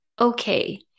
okay